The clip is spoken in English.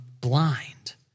blind